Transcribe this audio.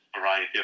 variety